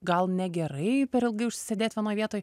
gal negerai per ilgai užsisėdėt vienoj vietoj